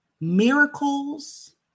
miracles